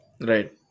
right